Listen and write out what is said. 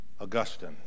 Augustine